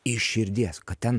iš širdies kad ten